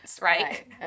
right